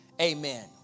amen